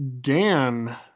Dan